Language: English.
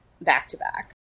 back-to-back